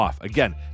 Again